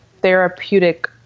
therapeutic